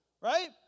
right